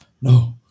No